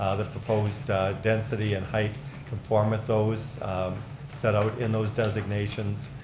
the proposed density and height conform with those, um set out in those designations,